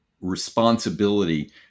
responsibility